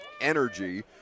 energy